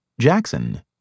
Jackson